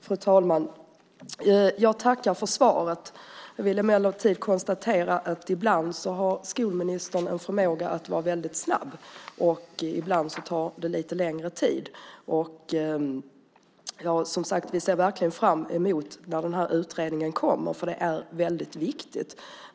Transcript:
Fru talman! Jag tackar för svaret men vill emellertid konstatera att ibland har skolministern en förmåga att vara väldigt snabb, och ibland tar det lite längre tid. Som sagt ser vi verkligen fram emot att den här utredningen kommer, för det är väldigt viktigt.